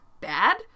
bad